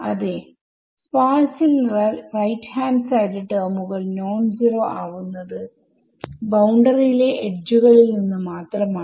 അതെസ്പാർസ് ൽ RHS ടെർമുകൾ non സീറോആവുന്നത് ബൌണ്ടറിയിലെ എഡ്ജുകളിൽ നിന്ന് മാത്രമാണ്